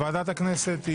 ועדת הכנסת,